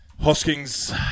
Hoskins